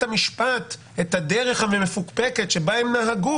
המשפט את הדרך המפוקפקת שבה הם נהגו,